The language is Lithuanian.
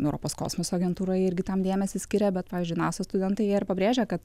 europos kosmoso agentūroj irgi tam dėmesį skiria bet pavyzdžiui nasa studentai jie ir pabrėžia kad